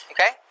Okay